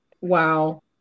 wow